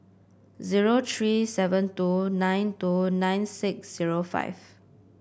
zero three seven two nine two nine six zero five